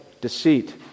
deceit